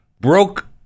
broke